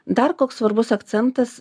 dar koks svarbus akcentas